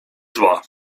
zła